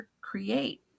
create